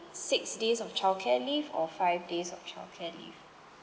six days of childcare leave or five days of childcare leave